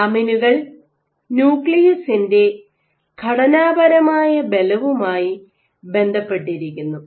ലാമിനുകൾ ന്യൂക്ലിയസിന്റെ ഘടനാപരമായ ബലവുമായി ബന്ധപ്പെട്ടിരിക്കുന്നു